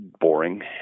Boring